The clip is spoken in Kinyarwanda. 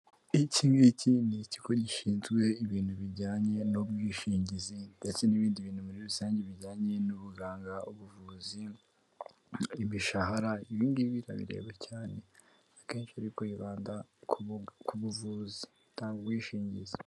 Iki ngiki ni ikigo gishinzwe ibintu bijyanye n'ubwishingizi ndetse n'ibindi bintu muri rusange bijyanye n'ubuganga, ubuvuzi, imishahara; ibingibi bikaba bireba cyane akenshi, ariko yibanda ku buvuzi, gutanga ubwishingizi.